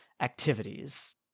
activities